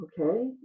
okay